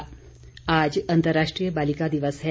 बालिका दिवस आज अंतर्राष्ट्रीय बालिका दिवस है